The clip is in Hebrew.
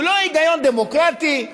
הוא לא היגיון דמוקרטי,